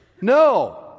No